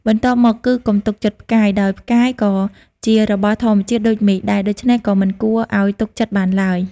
បន្ទាប់មកគឺ កុំទុកចិត្តផ្កាយ ដោយផ្កាយក៏ជារបស់ធម្មជាតិដូចមេឃដែរ ដូច្នេះក៏មិនគួរឲ្យទុកចិត្តបានឡើយ ។